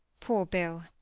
poor bill!